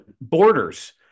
Borders